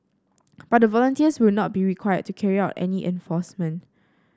but the volunteers will not be required to carry out any enforcement